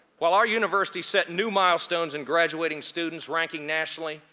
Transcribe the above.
while our university set new milestones in graduating students ranking nationally,